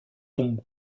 tombe